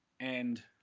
and